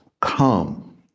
come